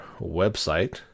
website